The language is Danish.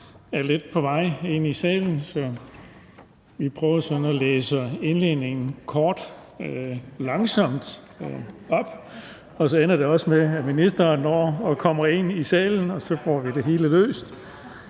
og på vej ind i salen, så jeg læser min indledning her langsomt op, og så ender det nok også med, at ministeren når at komme ind i salen, og så får vi det hele løst.